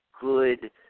good